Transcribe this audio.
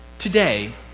Today